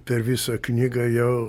per visą knygą jau